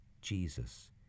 Jesus